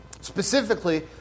Specifically